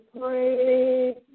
pray